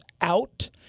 out